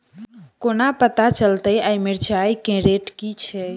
कोना पत्ता चलतै आय मिर्चाय केँ रेट की छै?